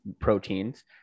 proteins